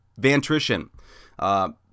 Vantrition